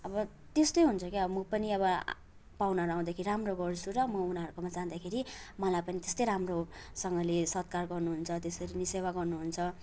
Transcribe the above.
अब त्यस्तै हुन्छ के अब म पनि अब पाहुनाहरू आउँदाखेरि राम्रो गर्छु म र उनीहरूको जाँदाखेरि मलाई पनि त्यस्तै राम्रोसँगले सत्कार गर्नुहुन्छ त्यसरी सेवा गर्नुहुन्छ